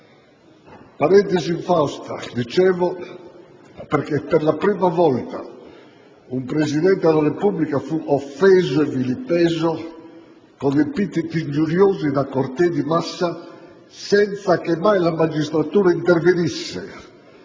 Parentesi infausta - dicevo - perché, per la prima volta, un Presidente della Repubblica fu offeso e vilipeso con epiteti ingiuriosi da cortei di massa, senza che mai la magistratura intervenisse,